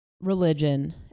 religion